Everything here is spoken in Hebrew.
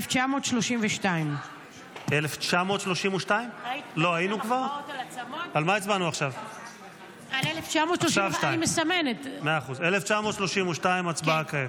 1932. 1932, הצבעה כעת.